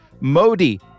Modi